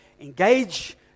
engage